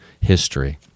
history